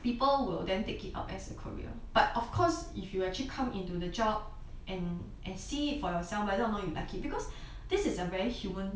people will then take it up as a career but of course if you actually come into the job and and see it for yourself whether or not you like it because this is a very human